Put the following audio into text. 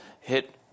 hit